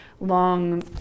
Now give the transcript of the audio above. Long